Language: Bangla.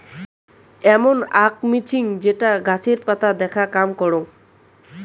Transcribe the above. এমন আক মেছিন যেটো গাছের পাতা দেখে কাম করং